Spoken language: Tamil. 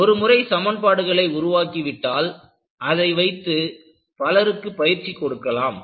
ஒருமுறை சமன்பாடுகளை உருவாக்கிவிட்டால் அதை வைத்து பலருக்கு பயிற்சி கொடுக்கலாம்